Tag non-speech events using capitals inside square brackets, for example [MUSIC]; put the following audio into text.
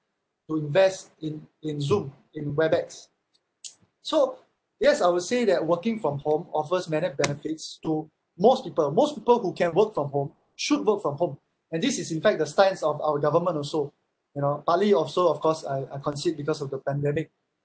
to invest in in zoom in webex [NOISE] so yes I would say that working from home offers many benefits to most people most people who can work from home should work from home and this is in fact the stance of our government also you know partly also of course I I concede because of the pandemic